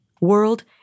World